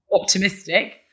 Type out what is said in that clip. Optimistic